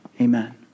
Amen